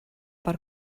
per